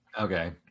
okay